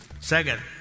second